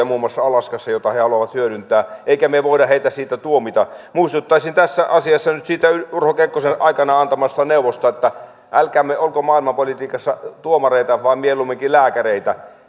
muun muassa alaskassa valtavia energiavaroja joita he haluavat hyödyntää emmekä me voi heitä siitä tuomita muistuttaisin tässä asiassa nyt siitä urho kekkosen aikanaan antamasta neuvosta että älkäämme olko maailmanpolitiikassa tuomareita vaan mieluumminkin lääkäreitä